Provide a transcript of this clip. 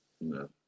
No